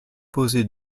posé